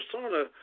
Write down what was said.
persona